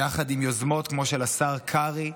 יחד עם יוזמות כמו של השר קרעי,